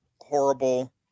horrible